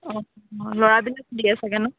অঁ ল'ৰাবিলাক দিয়ে চাগে ন